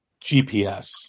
GPS